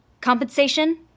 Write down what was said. Compensation